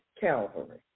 Calvary